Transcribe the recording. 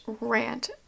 rant